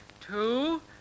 two